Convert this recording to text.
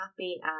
happy